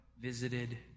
visited